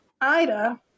Ida